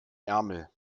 ärmel